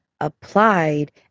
applied